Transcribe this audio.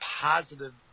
positive